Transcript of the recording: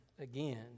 again